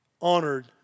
honored